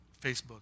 Facebook